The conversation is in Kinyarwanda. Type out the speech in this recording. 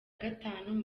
gatanu